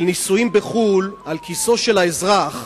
של נישואים בחו"ל, על כיסו של האזרח,